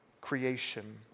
creation